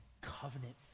covenant